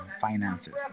finances